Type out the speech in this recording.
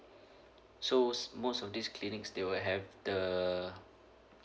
so most of these clinics they will have the